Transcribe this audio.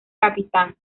capitán